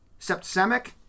septicemic